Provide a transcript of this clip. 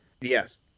Yes